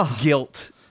guilt